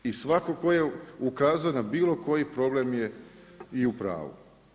I svatko tko je ukazao na bilo koji problem je, i u pravu.